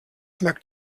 merkt